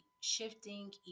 shifting